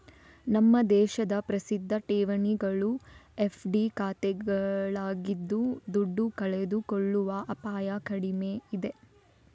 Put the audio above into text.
ನಮ್ಮ ದೇಶದ ಪ್ರಸಿದ್ಧ ಠೇವಣಿಗಳು ಎಫ್.ಡಿ ಖಾತೆಗಳಾಗಿದ್ದು ದುಡ್ಡು ಕಳೆದುಕೊಳ್ಳುವ ಅಪಾಯ ಕಡಿಮೆ ಇದೆ